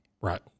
Right